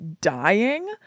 dying